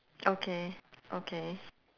okay okay